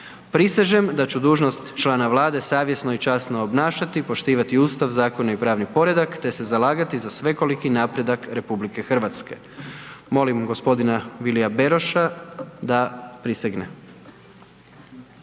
Prisežem da ću dužnost člana Vlade savjesno i časno obnašati, poštivati Ustav, zakone i pravni poredak te se zalagati za svekoliki napredak Republike Hrvatske. Molim g. Vilija Beroša da prisegne.